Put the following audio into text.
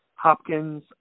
Hopkins